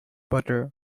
butter